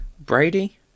Brady